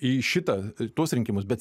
į šitą tuos rinkimus bet